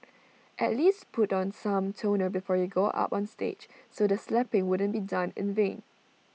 at least put on some toner before you go up on stage so the slapping wouldn't be done in vain